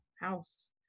house